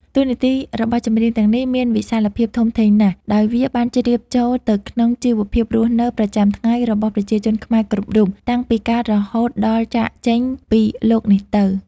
តួនាទីរបស់ចម្រៀងទាំងនេះមានវិសាលភាពធំធេងណាស់ ដោយវាបានជ្រាបចូលទៅក្នុងជីវភាពរស់នៅប្រចាំថ្ងៃរបស់ប្រជាជនខ្មែរគ្រប់រូប តាំងពីកើតរហូតដល់ចាកចេញពីលោកនេះទៅ។